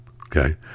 Okay